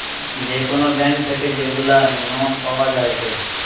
যে কোন ব্যাঙ্ক থেকে যেগুলা নোট পাওয়া যায়েটে